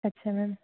ਅੱਛਾ ਮੈਮ